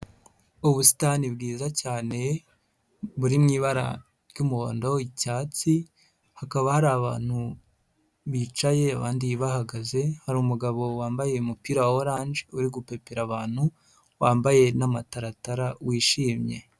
Ubusitani bwiza cyane buri mu ibara ry'umuhondo, icyatsi, hakaba hari abantu bicaye abandi bahagaze, hari umugabo wambaye umupira wa oranje uri gupepera abantu wambaye n'amataratara wishimye.